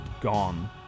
gone